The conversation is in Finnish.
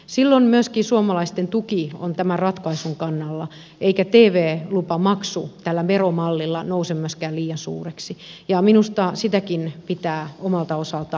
silloin myöskin suomalaisten tuki on tämän ratkaisun kannalla eikä tv lupamaksu tällä veromallilla nouse myöskään liian suureksi ja minusta sitäkin pitää omalta osaltaan katsoa